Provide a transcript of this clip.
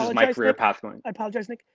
my career pathway. i apologize, nick.